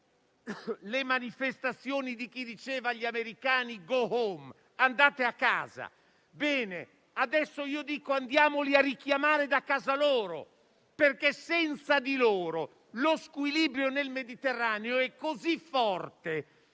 le manifestazioni di chi diceva agli americani «*go home*», «andate a casa». Bene, adesso io dico andiamoli a richiamare a casa perché senza di loro lo squilibrio del Mediterraneo è così forte